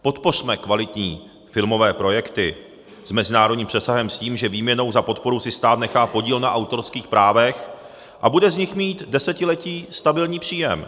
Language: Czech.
Podpořme kvalitní filmové projekty s mezinárodním přesahem, s tím, že výměnou za podporu si stát nechá podíl na autorských právech a bude z nich mít desetiletí stabilní příjem.